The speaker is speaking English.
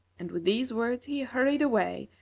and, with these words, he hurried away,